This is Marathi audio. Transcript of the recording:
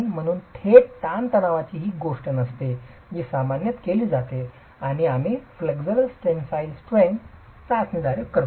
म्हणूनच थेट ताण चाचणी ही अशी गोष्ट नसते जी सामान्यत घेतली जाते आणि आम्ही फ्लेक्सरल टेनसाईल स्ट्रेंग्थ चाचणीद्वारे करतो